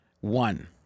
One